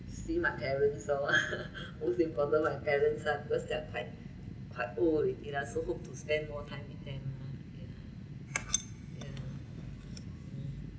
see my parents loh most important my parents ah because they are quite quite old already lah so hope to spend more time with them lah ya ya